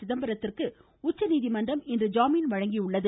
சிதம்பரத்திற்கு உச்சநீதிமன்றம் இன்று ஜாமீன் வழங்கியுள்ளது